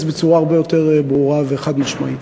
בצורה הרבה יותר ברורה וחד-משמעית.